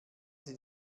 sie